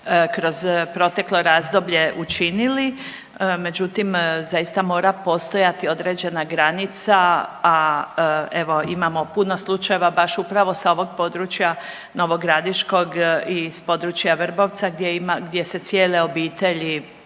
kroz proteklo razdoblje učinili, međutim zaista mora postojati određena granica, a evo imamo puno slučajeva baš upravo sa ovog područja novogradiškog i iz područja Vrbovca gdje ima, gdje se cijele obitelji